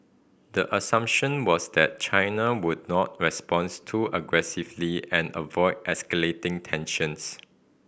the assumption was that China would not responds too aggressively and avoid escalating tensions